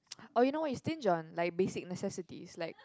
oh you know what you stinge on like basic necessities like